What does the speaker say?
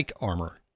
Armor